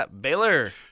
Baylor